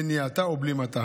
מניעתה או בלימתה.